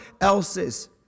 else's